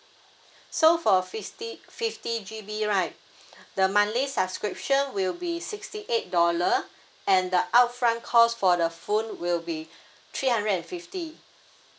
so for fifty fifty G_B right the monthly subscription will be sixty eight dollar and the upfront cost for the phone will be three hundred and fifty